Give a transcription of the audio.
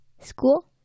School